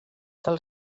del